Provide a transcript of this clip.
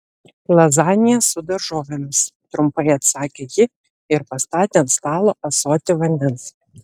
lazanija su daržovėmis trumpai atsakė ji ir pastatė ant stalo ąsotį vandens